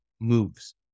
moves